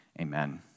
amen